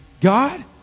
God